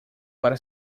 para